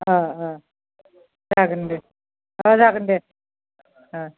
जागोन दे जागोन दे